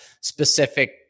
specific